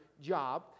job